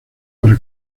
para